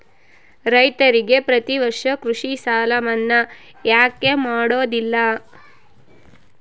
ರೈತರಿಗೆ ಪ್ರತಿ ವರ್ಷ ಕೃಷಿ ಸಾಲ ಮನ್ನಾ ಯಾಕೆ ಮಾಡೋದಿಲ್ಲ?